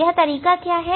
वह तरीका क्या है